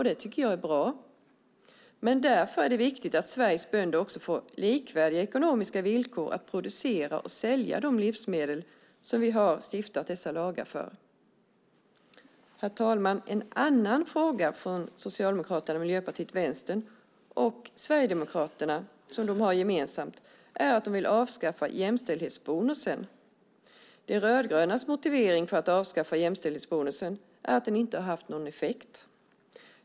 Det tycker jag är bra, men därför är det viktigt att Sveriges bönder också får likvärdiga ekonomiska villkor när det gäller att producera och sälja de livsmedel som vi har stiftat dessa lagar för. Herr talman! En annan fråga som Socialdemokraterna, Miljöpartiet, Vänstern och Sverigedemokraterna har gemensamt är att de vill avskaffa jämställdhetsbonusen. De rödgrönas motivering för att avskaffa jämställdhetsbonusen är att den inte har haft någon effekt.